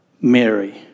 Mary